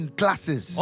classes